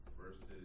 versus